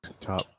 Top